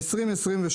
ב-2023,